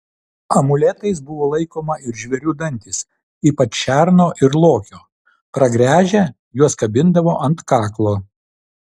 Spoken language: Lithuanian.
amuletais buvo laikoma ir žvėrių dantys ypač šerno ir lokio pragręžę juos kabindavo ant kaklo